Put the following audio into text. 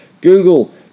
Google